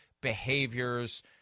behaviors